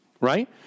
right